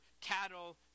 cattle